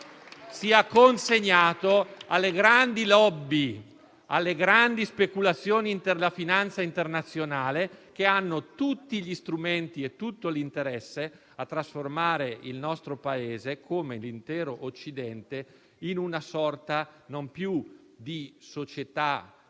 sia consegnato alle grandi *lobby*, alle grandi speculazioni della finanza internazionale, che hanno tutti gli strumenti e tutto l'interesse a trasformare il nostro Paese, come l'intero Occidente, da una società